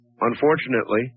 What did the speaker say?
Unfortunately